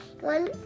one